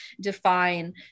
define